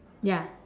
ya